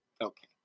Okay